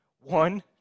One